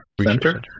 Center